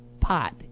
pot